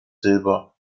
silber